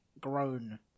grown